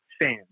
fans